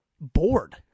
bored